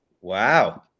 Wow